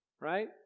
right